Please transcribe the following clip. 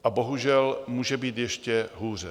A bohužel, může být ještě hůře.